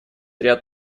ряд